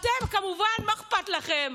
אתם, כמובן, מה אכפת לכם?